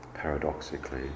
Paradoxically